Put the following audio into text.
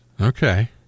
Okay